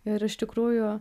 ir iš tikrųjų